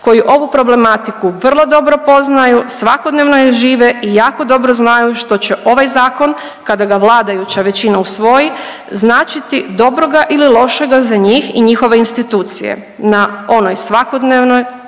koji ovu problematiku vrlo dobro poznaju, svakodnevno je žive i jako dobro znaju što će ovaj zakon kada ga vladajuća većina usvoji značiti dobroga ili lošega za njih i njihove institucije na onoj svakodnevnoj